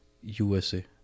USA